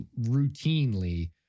routinely